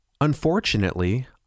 Unfortunately